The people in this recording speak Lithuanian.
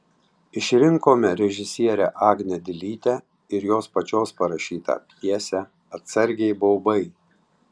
išrinkome režisierę agnę dilytę ir jos pačios parašytą pjesę atsargiai baubai